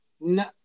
No